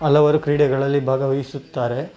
ಹಲವಾರು ಕ್ರೀಡೆಗಳಲ್ಲಿ ಭಾಗವಹಿಸುತ್ತಾರೆ